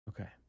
Okay